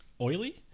oily